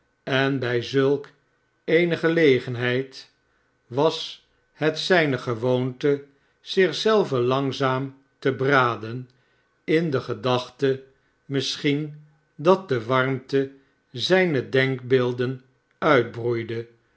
en bij zulk eene gelegenheid was het zijne gewoonte zich zelven langzaam te braden in de gedachte misschien dat de warmte zijne denkbeelden uitbroeide